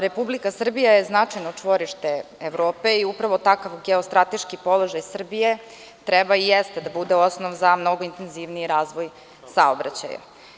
Republika Srbija je značajno čvorište Evrope i upravo takav geostrateški položaj Srbije treba i jeste da bude osnov za mnogo intenzivniji razvoj saobraćaja.